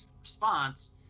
response